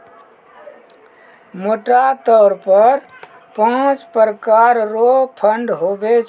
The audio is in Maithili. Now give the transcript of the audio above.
मोटा तौर पर पाँच प्रकार रो फंड हुवै छै